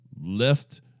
left